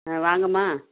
ஆ வாங்கம்மா